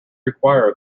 require